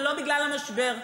ולא בגלל המשבר.